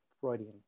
Freudian